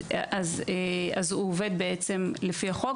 הוא עובד לפי החוק,